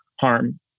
harm